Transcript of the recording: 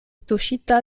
tuŝita